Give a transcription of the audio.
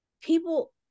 People